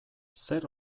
zer